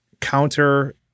counter